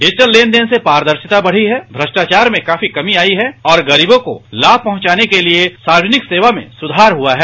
digital लेन देन से पारदर्शिता बढ़ी है भ्रष्टाचार में काफी कमी आई है और गरीबों को लाभ पहुंचाने के लिए सार्वजनिक सेवा में सुधार हुआ है